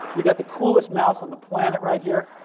we've got the coolest mouse on the planet right here.